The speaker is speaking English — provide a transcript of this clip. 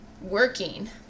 working